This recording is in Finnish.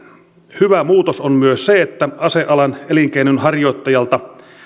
hyvä muutos on myös se että asealan elinkeinonharjoittajalta